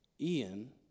Ian